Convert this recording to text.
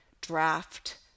draft